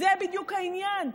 זה בדיוק העניין,